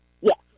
Yes